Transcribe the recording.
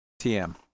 tm